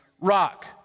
rock